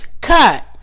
cut